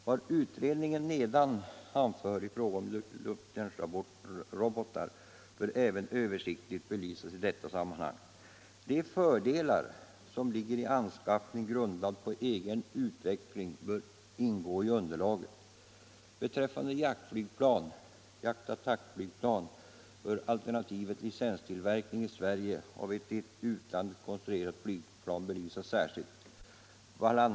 Vad utredningen nedan anför i fråga om luftvärnsrobotar bör även översiktligt belysas i detta sammanhang. De fördelar som ligger i anskaffning grundad på egen utveckling bör ingå i underlaget. Beträffande jaktflygplan bör alternativet licenstillverkning i Sverige av ett i utlandet konstruerat flygplan belysas särskilt. Bl.